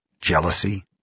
jealousy